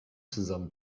zusammen